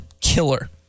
killer